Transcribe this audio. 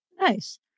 Nice